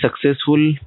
successful